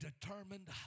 determined